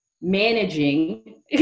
managing